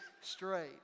straight